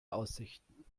aussichten